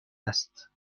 است